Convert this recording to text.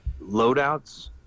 loadouts